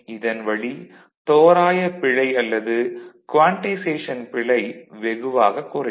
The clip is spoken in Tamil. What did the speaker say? இதன் வழி தோராய பிழை அல்லது கோன்டைசேஷன் பிழை வெகுவாக குறையும்